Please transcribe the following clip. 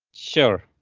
sure.